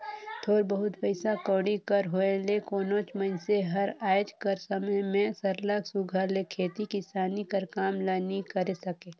थोर बहुत पइसा कउड़ी कर होए ले कोनोच मइनसे हर आएज कर समे में सरलग सुग्घर ले खेती किसानी कर काम ल नी करे सके